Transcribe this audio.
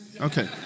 Okay